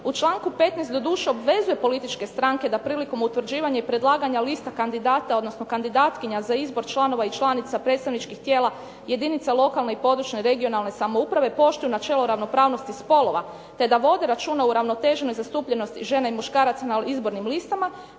u članku 15. doduše obvezuje političke stranke da prilikom utvrđivanja i predlaganja lista kandidata, odnosno kandidatkinja za izbora članova i članica predstavničkih tijela jedinica lokalne područne i regionalne samouprave poštuju načelo ravnopravnosti spolova te da vode računa o uravnoteženoj zastupljenosti žena i muškaraca na izbornim listama,